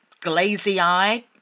glazy-eyed